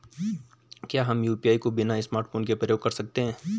क्या हम यु.पी.आई को बिना स्मार्टफ़ोन के प्रयोग कर सकते हैं?